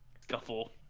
scuffle